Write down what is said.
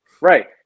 Right